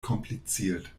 kompliziert